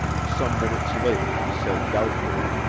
some minutes later he said doubtfully,